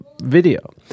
video